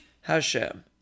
Hashem